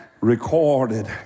recorded